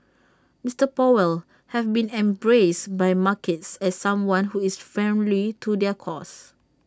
Mister powell have been embraced by markets as someone who is friendly to their cause